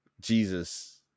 Jesus